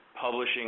publishing